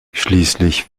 schließlich